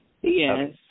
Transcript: Yes